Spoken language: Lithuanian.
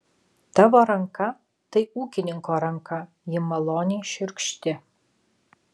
tavo ranka tai ūkininko ranka ji maloniai šiurkšti